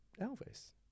Elvis